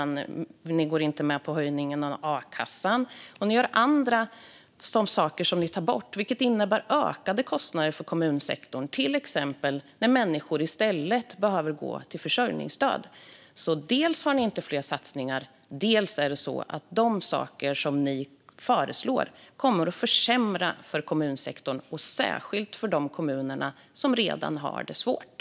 Ni går inte med på höjningen av a-kassan, och ni tar bort andra saker, vilket innebär ökade kostnader för kommunsektorn, till exempel när människor i stället behöver försörjningsstöd. Dels har ni alltså inte fler satsningar, dels kommer de saker ni föreslår att försämra för kommunsektorn, särskilt för de kommuner som redan har det svårt.